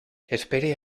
espere